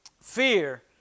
fear